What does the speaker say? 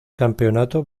campeonato